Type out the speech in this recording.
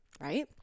right